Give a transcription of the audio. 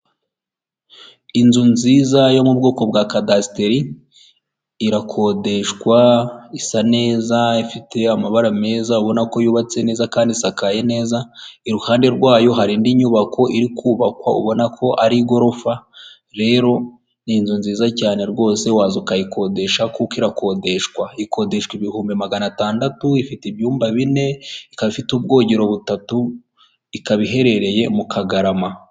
Inzu nziza yo mu bwoko bwa kadasiteri irakodeshwa, isa neza, ifite amabara meza ubona ko yubatse neza kandi isakaye neza, iruhande rwayo hari indi nyubako iri kubakwa ubona ko ari igorofa, rero ni inzu nziza cyane rwose waza ukayikodesha kuko irakodeshwa. Ikodeshwa ibihumbi magana atandatu, ifite ibyumba bine ,ikaba ifite ubwogero butatu, ikaba iherereye mu Kagarama.